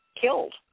killed